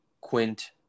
Quint